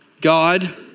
God